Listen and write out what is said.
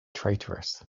traitorous